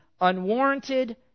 unwarranted